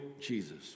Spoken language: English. Jesus